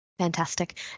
Fantastic